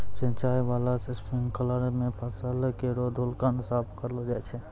सिंचाई बाला स्प्रिंकलर सें फसल केरो धूलकण साफ करलो जाय छै